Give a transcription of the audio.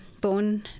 born